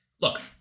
Look